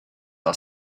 are